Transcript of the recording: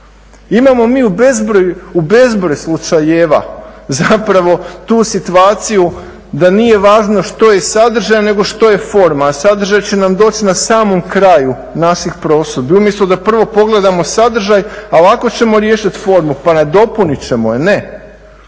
Imamo mi u bezbroj slučajeva zapravo tu situaciju da nije važno što je sadržaj nego što je forma, a sadržaj će nam doći na samom kraju naših prosudbi. Umjesto da prvo pogledamo sadržaj, a lako ćemo riješit formu, pa nadopunit ćemo je. Ne,